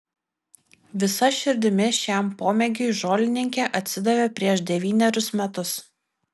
visa širdimi šiam pomėgiui žolininkė atsidavė prieš devynerius metus